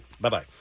Bye-bye